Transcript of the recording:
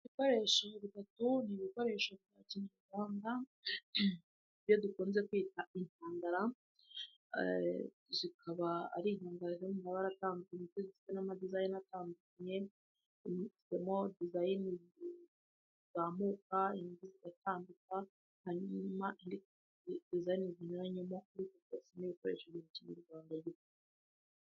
Ibikoresho bitatu, ni ibikoresho bya kinyarwanda ibyo dukunze kwita inkangara, zikaba ari inkangara ziri mu mabara atandukanye ndetse n'amadizayina atandukanye, imwe ifite dizayina izamuka, indi aratambika, hanyuma indi zigiye zinyuranyemo, byose ni ibikoresho bya kinyarwanda.